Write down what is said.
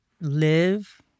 live